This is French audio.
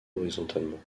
horizontalement